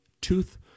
tooth